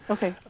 Okay